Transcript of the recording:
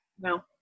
No